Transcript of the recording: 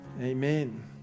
amen